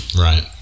Right